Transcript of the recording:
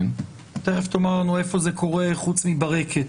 ותיכף תאמר לנו איפה זה קורה חוץ מברקת,